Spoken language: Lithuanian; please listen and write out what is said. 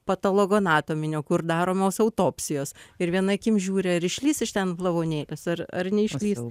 patologoanatominio kur daromos autopsijos ir viena akim žiūri ar išlįs iš ten lavonėlis ar ar neišlys